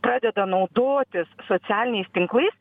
pradeda naudotis socialiniais tinklais